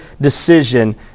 decision